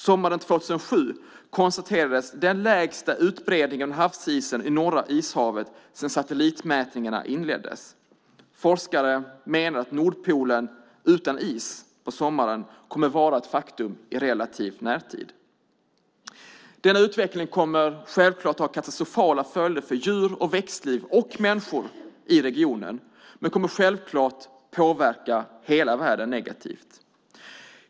Sommaren 2007 konstaterades den lägsta utbredningen av havsisen i Norra ishavet sedan satellitmätningarna inleddes. Forskare menar att ett Nordpolen utan is på sommaren kan vara ett faktum i relativ närtid. Denna utveckling kommer självklart att ha katastrofala följder för djur och växtliv och människor i regionen men kommer självklart att påverka hela världen negativt.